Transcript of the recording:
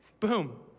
Boom